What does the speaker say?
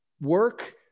Work